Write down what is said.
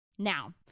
Now